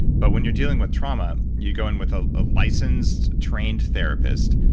but when you're dealing with trauma, you go in with a ah licensed, trained therapist,